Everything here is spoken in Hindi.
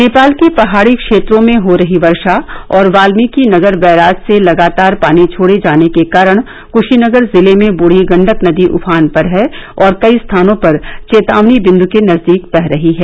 नेपाल के पहाड़ी क्षेत्रों में हो रही वर्षा और वाल्मीकि नगर बैराज से लगातार पानी छोड़े जाने के कारण कुरीनगर जिले में बूढ़ी गण्डक नदी उफान पर है और कई स्थानों पर चेतावनी बिंद् के नजदीक बह रही है